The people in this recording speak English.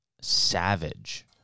savage